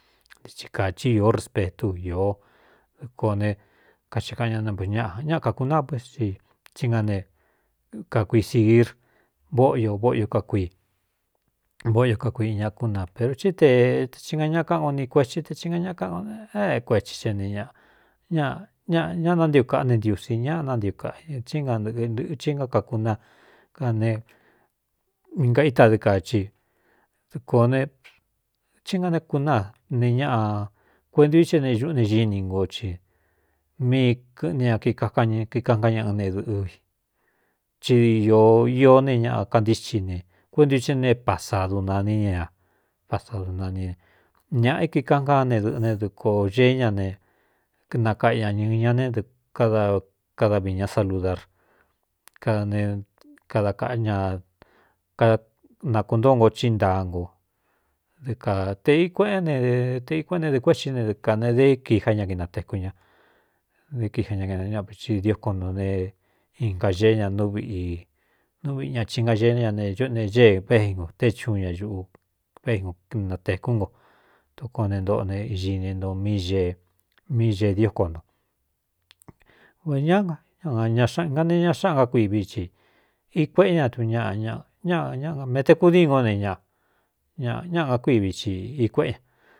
Ndithi kāchí ó respetú īó dɨ kō ne kaxhikaꞌa ñꞌ ne u ñaꞌa ñáꞌa kakuná meti tsí nga ne kakui sigir vóꞌio vóꞌio kakuii vóꞌyo kakuiꞌi ña kúna pero tí tee ti nga ñaa káꞌan o ni kuetsí te i nga ñaꞌa kaan é é kuetsi xe ne ñaꞌa ña ñꞌña nántiu kaꞌ ne ntiusi ña nántiu kaꞌ a tsí nanɨꞌɨ ntɨꞌɨ hɨ ná kakuna ka ne i gaítadɨɨ kachi dɨkōo nethí nga né kunáa ne ñaꞌa kuentu iche ne ñuꞌu ne gini nko ci míi kɨꞌni ña kikakikaꞌn kanñaꞌɨ ne dɨ̄ꞌɨ ti d o ió ne ñaꞌa kantíchi ne kuéntu i tsɨ ne pasadunaní ña a pasadunaní ne ñāꞌa é kikan kán ne dɨꞌɨ ne dɨkō geé ña ne nakaꞌa ña ñɨɨ ña ne kada kadaviī ñá saludar kaa ne kada kaꞌa ña kanakuntōo nko ci ntaa ngo dɨ kāte i kuéꞌé ne te i kuéꞌe ne dɨ̄ꞌɨ kué tsí ne dɨ kā ne dā kiká ña kinatekú ña dé kika ña kinañáꞌai diokon nto ne in ka geé ña núviꞌ i núviꞌi ña chi nga ñeene ña ne uꞌu ne ñée vegino té chuun ña ꞌu vegino natēkú nko toko ne ntoꞌo ne iñini nto mmí gee diokon nto v ñá ñaña xanga ne iña xáꞌan ngá kuii vi ci i kueꞌe ña d ñaꞌa ñ ñáñ mete kudî n ó ne ñaꞌa ñꞌ ñáꞌa ngá kuii vi ti i kuéꞌe ña.